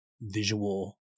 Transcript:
visual